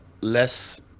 less